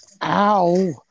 Ow